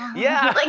yeah! like